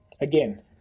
again